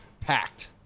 packed